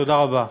תודה רבה.